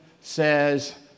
says